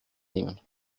nehmen